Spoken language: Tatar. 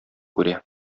күрә